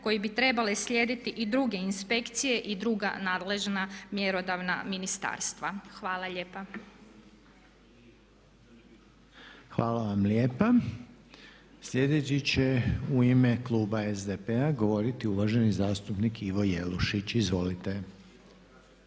koji bi trebale slijediti i druge inspekcije i druga nadležna mjerodavna ministarstva. Hvala lijepa. **Reiner, Željko (HDZ)** Hvala vam lijepa. Sljedeći će u ime kluba SDP-a govoriti uvaženi zastupnik Ivo Jelušić, izvolite.